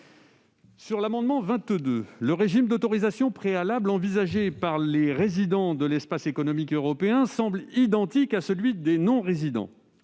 de l'amendement n° 22, le régime d'autorisation préalable envisagé pour les résidents de l'espace économique européen semble identique à celui des non-résidents.